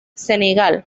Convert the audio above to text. senegal